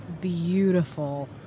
beautiful